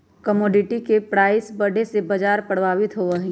commodity के price बढ़े से बाजार प्रभावित होबा हई